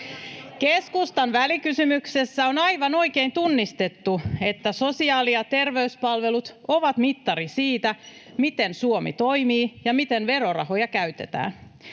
Keskustan välikysymyksessä on aivan oikein tunnistettu, että sosiaali- ja terveyspalvelut ovat mittari siitä, miten Suomi toimii ja miten verorahoja käytetään.